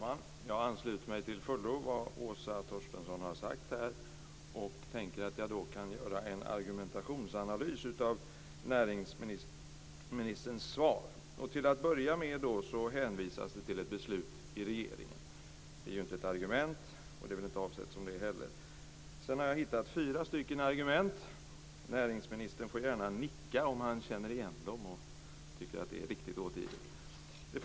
Fru talman! Jag ansluter mig till fullo till vad Åsa Torstensson har sagt. Jag tänker att jag då kan göra en argumentationsanalys av näringsministerns svar. Till att börja med hänvisas det till ett beslut i regeringen. Det är inte ett argument, och det är väl inte heller avsett att vara det. Sedan har jag hittat fyra argument. Näringsministern får gärna nicka om han känner igen dem och tycker att de är riktigt återgivna.